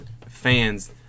fans